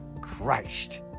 Christ